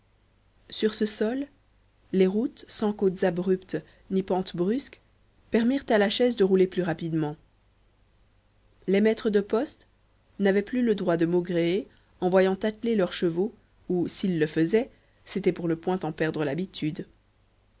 sur ce sol les routes sans côtes abruptes ni pentes brusques permirent à la chaise de rouler plus rapidement les maîtres de poste n'avaient plus le droit de maugréer en voyant atteler leurs chevaux ou s'ils le faisaient c'était pour ne point en perdre l'habitude